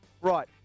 Right